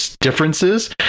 differences